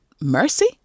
mercy